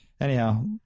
Anyhow